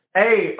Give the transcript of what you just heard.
hey